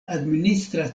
administra